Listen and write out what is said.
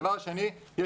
הדבר השני,